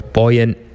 buoyant